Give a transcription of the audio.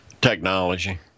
Technology